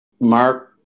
Mark